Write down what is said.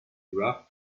wrapped